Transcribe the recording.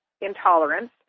intolerance